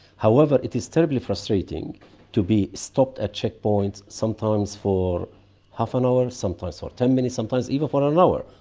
however, it is terribly frustrating to be stopped at checkpoints, sometimes for half an hour, sometimes for ten minutes, sometimes even for an hour.